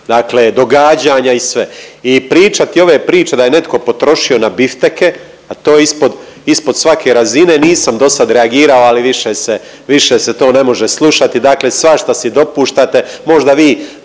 dakle događanja i sve i pričati ove priče da je netko potrošio na bifteke, pa to je ispod, ispod svake razine, nisam dosad reagirao, ali više se, više se to ne može slušati, dakle svašta si dopuštate, možda vi